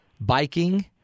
biking